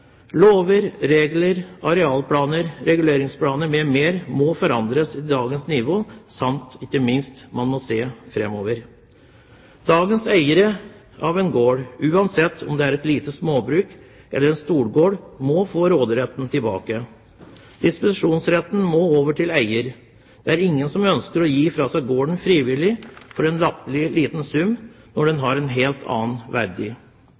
Lover, regler, arealplaner, reguleringsplaner m.m. må forandres til dagens nivå, og ikke minst må man se framover. Dagens eier av en gård, uansett om det er et lite småbruk eller en storgård, må få råderetten tilbake. Disposisjonsretten må over til eier. Det er ingen som frivillig ønsker å gi fra seg gården for en latterlig liten sum, når den har en helt annen verdi.